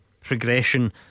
progression